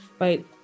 right